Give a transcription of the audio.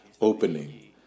opening